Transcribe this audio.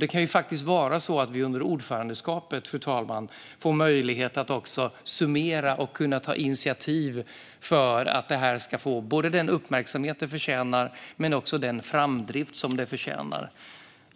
Det kan faktiskt vara så att vi under ordförandeskapet, fru talman, får möjlighet att summera och ta initiativ för att det här ska få både den uppmärksamhet och den framdrift som det förtjänar.